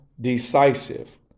decisive